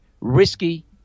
risky